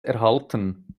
erhalten